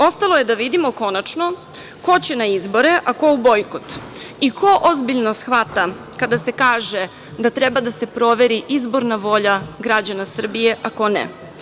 Ostalo je da vidimo, konačno, ko će na izbore, a ko u bojkot i ko ozbiljno shvata kada se kaže da treba da se proveri izborna volja građana Srbije, a ko ne.